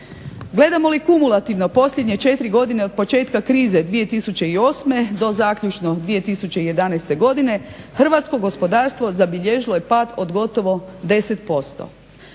Gledamo li kumulativno posljednje 4 godine od početka krize 2008. do zaključno 2011. godine hrvatsko gospodarstvo zabilježilo je pad od gotovo 10%.